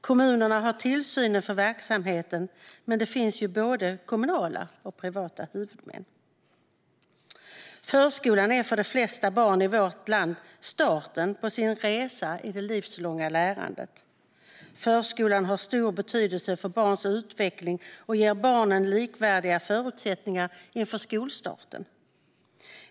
Kommunerna har tillsynen över verksamheten, men det finns både kommunala och privata huvudmän. Förskolan är för de flesta barn i vårt land starten på deras resa i det livslånga lärandet. Förskolan har stor betydelse för barns utveckling och ger barnen likvärdiga förutsättningar inför skolstarten.